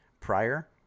prior